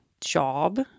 job